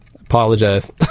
Apologize